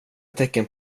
tecken